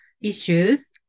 issues